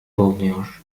bulunuyor